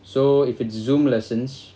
so if it's zoom lessons